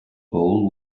bowl